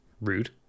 rude